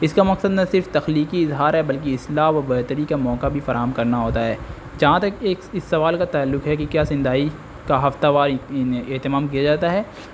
اس کا مقصد صرف تخلیقی اظہار ہے بلکہ اصلاح و بہتری کا موقع بھی فراہم کرنا ہوتا ہے جہاں تک ایک اس سوال کا تعلق ہے کہ کیا سندائی کا ہفتہ وار اہتمام کیا جاتا ہے